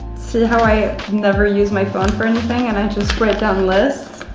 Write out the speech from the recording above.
see how i never use my phone for anything, and i just write down lists?